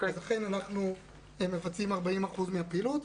אז אכן אנחנו מבצעים 40% מן הפעילות.